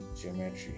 geometry